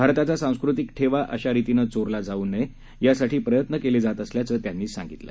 भारताचा सांस्कृतिक ठेवा अशा रितीनं चोरला जाऊ नये यासाठी प्रयत्न केले जात असल्याचं त्यांनी सांगितलं